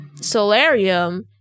Solarium